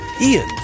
Ian